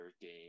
game